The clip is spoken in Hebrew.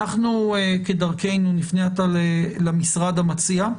כדרכנו נפנה עתה למשרד המציע,